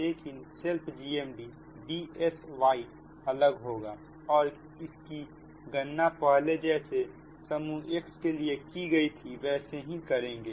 लेकिन self GMD Dsyअलग होगा और किसकी गणना पहले जैसे समूह X के लिए की गई थी वैसे ही करेंगे